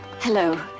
Hello